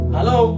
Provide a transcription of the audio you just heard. Hello